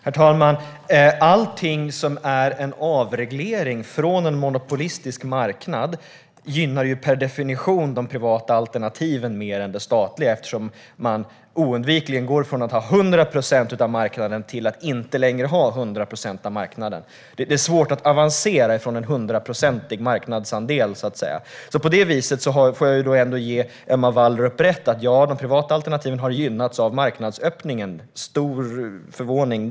Herr talman! Allt som är en avreglering från en monopolistisk marknad gynnar per definition de privata alternativen mer än det statliga. Man går ju oundvikligen från att ha 100 procent av marknaden till att ha en marknadsandel som är mindre än 100 procent. Det är svårt att avancera från en hundraprocentig marknadsandel, så att säga. I så måtto får jag väl ändå ge Emma Wallrup rätt: Ja de privata alternativen har gynnats av marknadsöppningen. Det är väl knappast förvånande?